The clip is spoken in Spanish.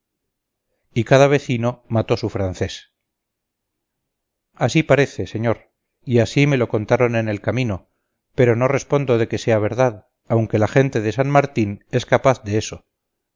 y cada vecino mató su francés así parece señor y así me lo contaron en el camino pero no respondo de que sea verdad aunque la gente de san martín es capaz de eso